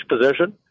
position